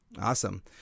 awesome